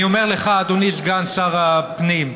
אני אומר לך, אדוני סגן שר הפנים: